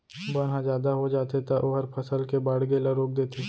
बन ह जादा हो जाथे त ओहर फसल के बाड़गे ल रोक देथे